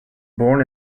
born